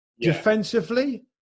Defensively